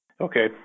Okay